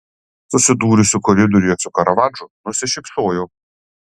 susidūrusi koridoriuje su karavadžu nusišypsojo